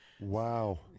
Wow